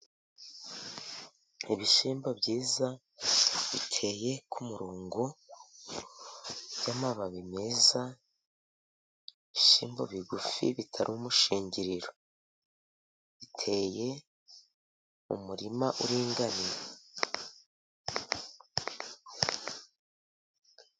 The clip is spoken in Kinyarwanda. Ibishyimbo byiza biteye ku murongo, by'amababi meza. Ibishyimbo bigufi bitari umushingiriro biteye mu murima uringaniye.